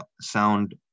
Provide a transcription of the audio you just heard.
sound